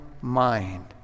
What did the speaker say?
mind